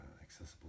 accessible